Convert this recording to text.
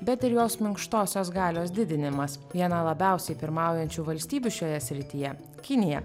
bet ir jos minkštosios galios didinimas viena labiausiai pirmaujančių valstybių šioje srityje kinija